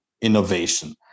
innovation